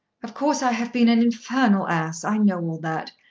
of course i have been an infernal ass. i know all that.